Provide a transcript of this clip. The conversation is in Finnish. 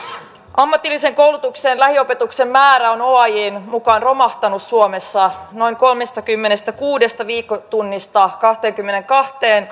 ammatillisen koulutuksen lähiopetuksen määrä on oajn mukaan romahtanut suomessa noin kolmestakymmenestäkuudesta viikkotunnista kahteenkymmeneenkahteen